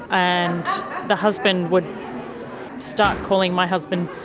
and the husband would start calling my husband.